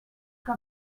que